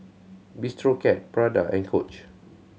Bistro Cat Prada and Coach